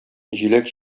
җиләк